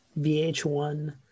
VH1